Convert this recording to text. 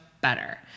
better